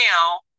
now